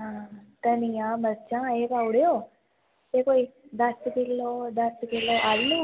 आं धनियां मर्चां एह् पाई ओड़ेओ ते कोई दस्स किलो आलू